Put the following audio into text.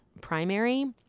primary